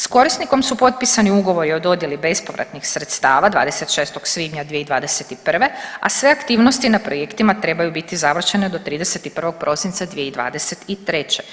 S korisnikom su potpisani ugovori o dodjeli bespovratnih sredstava 26. svibnja 2021., a sve aktivnosti na projektima trebaju biti završene do 31. prosinca 2023.